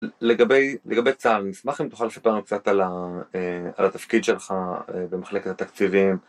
לגבי צה"ל, אני אשמח אם תוכל לספר לנו קצת על התפקיד שלך במחלקת התקציבים.